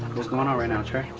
what's going on right now trey?